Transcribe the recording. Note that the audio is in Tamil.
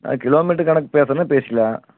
ஆ கிலோமீட்டர் கணக்கு பேசணும்னா பேசிக்கலாம்